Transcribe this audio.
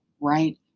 right